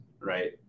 right